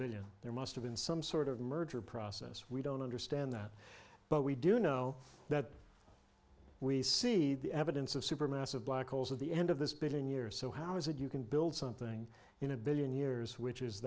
billion there must have been some sort of merger process we don't understand that but we do know that we see the evidence of super massive black holes at the end of this billion years so how is it you can build something in a billion years which is